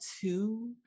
two